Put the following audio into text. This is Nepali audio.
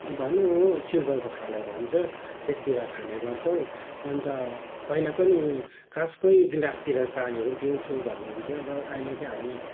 भन्नु हो सिल्वरको थालहरू हुन्छ त्यसतिर खाने गर्छौँ अन्त पहिला पनि काँसकै गिलासतिर पानीहरू पनि पिउँथ्यौ भन्नुहुन्थ्यो र अहिले त्यही हामी